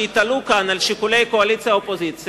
שהתעלו כאן על שיקולי קואליציה-אופוזיציה,